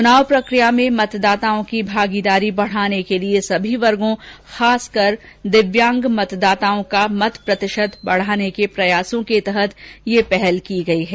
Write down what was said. चुनाव प्रकिया में मतदाताओं की भागीदारी बढाने के लिए सभी वर्गों खासकर दिव्यांग मतदाताओं का मत प्रतिशत बढाने के प्रयासों के तहत यह पहल की गयी है